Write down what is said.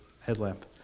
headlamp